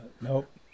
Nope